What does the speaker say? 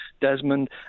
Desmond